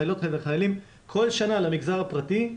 חיילות וחיילים כל שנה למגזר הפרטי,